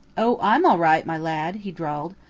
oh, i'm all right, my lad! he drawled.